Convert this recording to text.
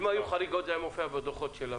אם היו חריגות זה היה מופיע בדוחות של הממונה?